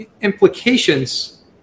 implications